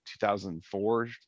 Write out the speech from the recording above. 2004